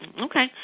Okay